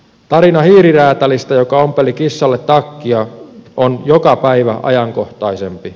tarina hiiriräätälistä joka ompeli kissalle takkia on joka päivä ajankohtaisempi